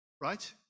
right